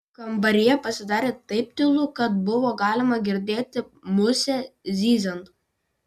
kambaryje pasidarė taip tylu kad buvo galima girdėti musę zyziant